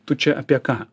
tu čia apie ką